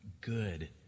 good